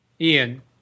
Ian